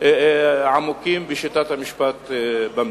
עמוקים בשיטת המשפט במדינה.